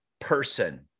person